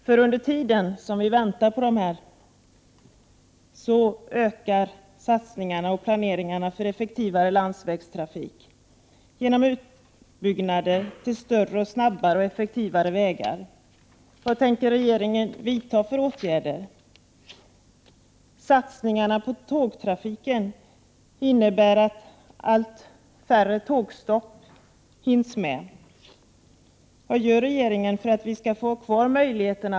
I det 33 svar Birgitta Dahl gav fanns dock inte mycket av konkreta åtgärder.